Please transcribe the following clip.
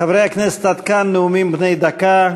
חברי הכנסת, עד כאן נאומים בני דקה.